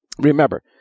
remember